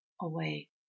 away